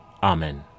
Amen